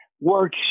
work